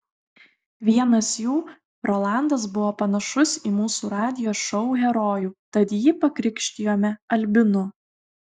vienas jų rolandas buvo panašus į mūsų radijo šou herojų tad jį pakrikštijome albinu